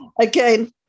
again